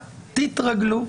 תתרגלו.